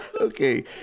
Okay